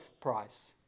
price